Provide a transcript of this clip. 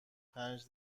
پنج